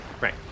Right